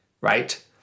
right